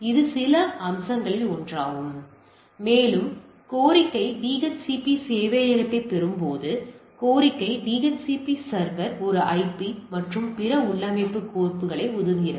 இது அம்சங்களில் ஒன்றாகும் மேலும் கோரிக்கை DHCP சேவையகத்தைப் பெறும்போது கோரிக்கை DHCP சர்வர் ஒரு ஐபி மற்றும் பிற உள்ளமைவு கோப்புகளை ஒதுக்குகிறது